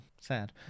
sad